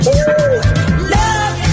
Love